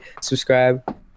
subscribe